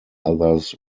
others